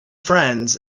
friends